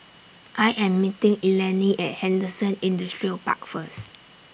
I Am meeting Eleni At Henderson Industrial Park First